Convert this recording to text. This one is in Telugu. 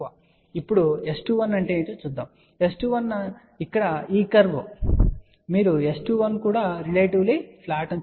ఇప్పుడు S21 అంటే ఏమిటో చూద్దాం S21 ఇక్కడ ఈ కర్వ్ మీరు S21 కూడా రిలేటివ్లీ ఫ్లాట్ అని చూడవచ్చు ఇది 0